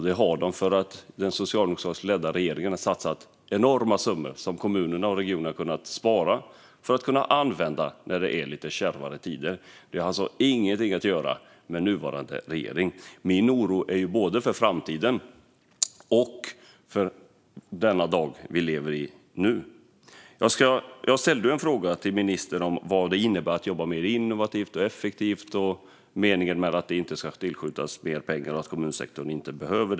Det har de därför att den socialdemokratiskt ledda regeringen satsade enorma summor som kommunerna och regionerna har kunnat spara för att använda när det är lite kärvare tider. Detta har ingenting att göra med den nuvarande regeringen. Min oro gäller både framtiden och den tid vi nu lever i. Jag ställde en fråga till ministern om vad det innebär att jobba mer innovativt och effektivt och varför mer pengar inte behöver tillskjutas till kommunsektorn.